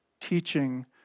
teaching